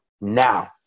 now